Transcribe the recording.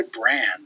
brand